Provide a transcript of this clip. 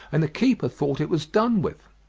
and the keeper thought it was done with.